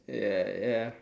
ya ya